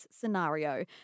scenario